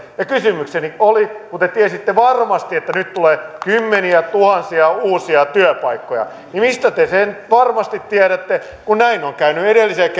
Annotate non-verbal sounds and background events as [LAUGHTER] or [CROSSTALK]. ja kysymykseni oli kun te tiesitte varmasti että nyt tulee kymmeniätuhansia uusia työpaikkoja niin mistä te sen varmasti tiedätte kun näin on käynyt edellisellä [UNINTELLIGIBLE]